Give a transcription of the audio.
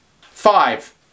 Five